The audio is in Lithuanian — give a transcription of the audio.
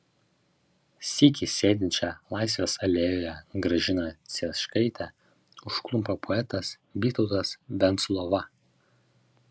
sykį sėdinčią laisvės alėjoje gražiną cieškaitę užklumpa poetas vytautas venclova